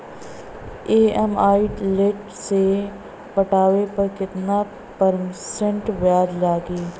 EMI late से पटावे पर कितना परसेंट ब्याज लगी?